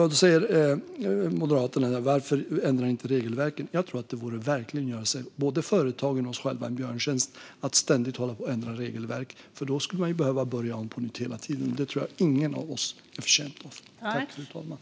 Då säger Moderaterna: Varför ändrar ni inte regelverket? Jag tror att det verkligen vore att göra både företagen och oss själva en björntjänst att ständigt hålla på och ändra regelverk. Då skulle man behöva börja om på nytt hela tiden. Det tror jag ingen av oss är betjänt av.